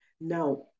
Now